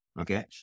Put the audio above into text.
okay